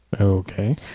Okay